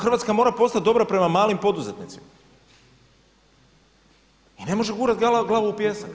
Hrvatska mora postat dobra prema malim poduzetnicima i ne može gurati glavu u pijesak.